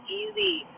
easy